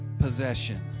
possession